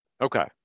Okay